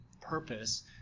purpose